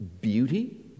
beauty